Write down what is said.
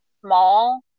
small